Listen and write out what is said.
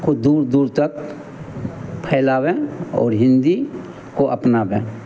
ख़ूब दूर दूर तक फैलाएं और हिन्दी को अपनाएं